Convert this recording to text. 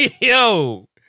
Yo